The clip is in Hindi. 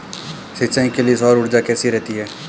सिंचाई के लिए सौर ऊर्जा कैसी रहती है?